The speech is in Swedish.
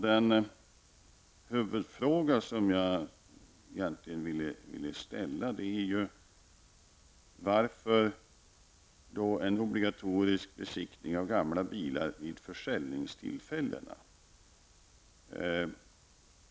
Den huvudfråga som jag vill ställa är: Varför då en obligatorisk besiktning av gamla bilar vid försäljningstillfällena?